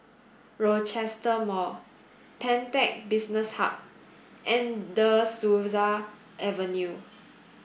Rochester Mall Pantech Business Hub and De Souza Avenue